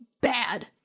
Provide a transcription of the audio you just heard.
bad